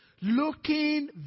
Looking